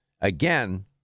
Again